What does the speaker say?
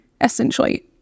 essentially